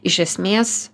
iš esmės